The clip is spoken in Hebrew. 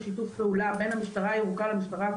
שיתוף פעולה בין המשטרה הכחולה לבין המשטרה הירוקה,